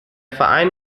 verein